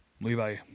Levi